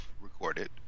recorded